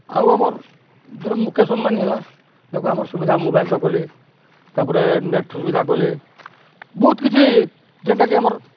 ଆଉ ଆମର୍ ଧର ମୁକେଶ୍ ଅମ୍ବାନି ହେଲା ଦେଖ ଆମର୍ ସୁବିଧା ମୋବାଇଲ୍ର କଲେ ତାପରେ ନେଟ୍ ସୁବିଧା କଲେ ବହୁତ୍ କିଛି ଯେନ୍ଟାକି ଆମର୍